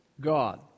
God